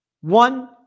One